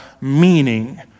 meaning